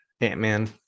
Ant-Man